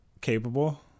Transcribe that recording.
capable